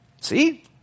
See